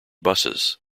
buses